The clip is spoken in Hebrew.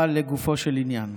אבל לגופו של עניין,